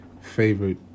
favorite